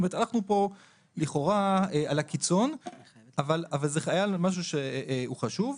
הלכנו כאן לכאורה על הקיצון אבל זה היה משהו שהוא חשוב.